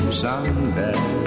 someday